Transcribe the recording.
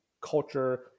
culture